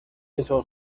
اینطور